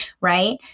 right